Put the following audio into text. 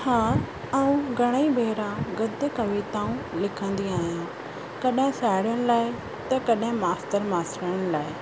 हा आऊं घणई भेरा गद्य कविताऊं लिखंदी आहियां कॾहिं साहेड़ियुनि लाइ त कॾहिं मास्तर मास्तराणियुनि लाइ